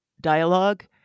dialogue